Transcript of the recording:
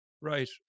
right